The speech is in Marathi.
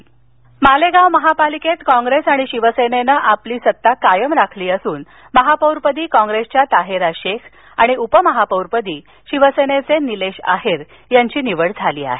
निवडणक नाशिक मालेगाव महापालिकेत कॉंग्रेस आणि शिवसेनेनं आपली सत्ता कायम राखली असून महापौरपदी कॉंग्रेसच्या ताहेरा शेख आणि उपमहापौरपदी शिवसेनेचे निलेश आहेर यांची निवड झाली आहे